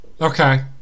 Okay